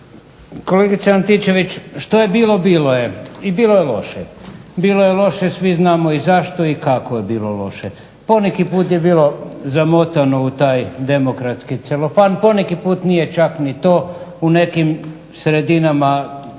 Kolegice Antičević, što je bilo bilo je i bilo je loše. Bilo je loše svi znamo i zašto i kako je bilo loše. Poneki put je bilo zamotano u taj demokratski celofan. Poneki put nije čak ni to u nekim sredinama,